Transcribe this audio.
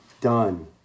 done